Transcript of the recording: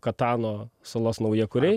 katano salos naujakuriai